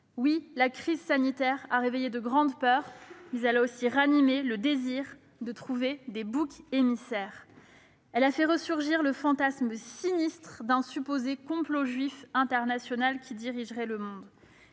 jour. La crise sanitaire a réveillé de grandes peurs et ranimé le désir de trouver des boucs émissaires. Elle a fait ressurgir le fantasme, sinistre, d'un supposé complot juif international qui dirigerait le monde.